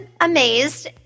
amazed